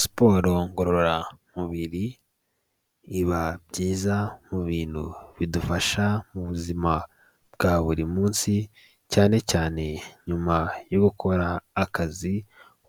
Siporo ngororamubiri iba byiza mu bintu bidufasha mu buzima bwa buri munsi cyane cyane nyuma yo gukora akazi